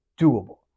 doable